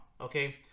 okay